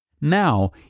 now